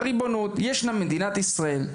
הריבונות והאחריות הן של מדינת ישראל,